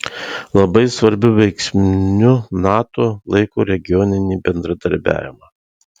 labai svarbiu veiksniu nato laiko regioninį bendradarbiavimą